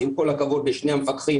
אז עם כל הכבוד לשני המפקחים,